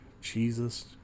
Jesus